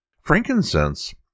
Frankincense